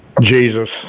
Jesus